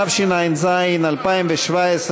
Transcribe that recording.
התשע"ז 2017,